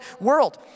world